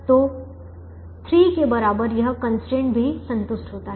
तो 3 के बराबर यह कंस्ट्रेंट भी संतुष्ट होता है